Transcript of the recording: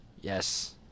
Yes